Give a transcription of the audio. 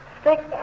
stick